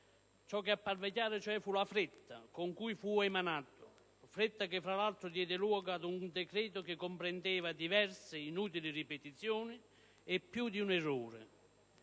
di lavoro - fu la fretta con cui fu emanato, fretta che, fra l'altro, diede luogo ad un decreto che comprendeva diverse ed inutili ripetizioni e più di un errore: